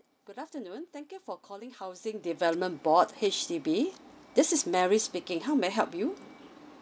good afternoon thank you for calling housing development board H_D_B this is mary speaking how may I help you